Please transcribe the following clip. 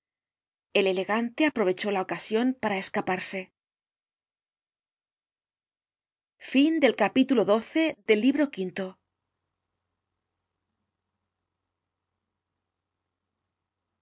el elegante aprovechó la ocasion para escaparse